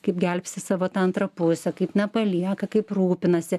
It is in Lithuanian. kaip gelbsti savo tą antrą pusę kaip nepalieka kaip rūpinasi